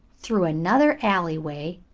through another alleyway,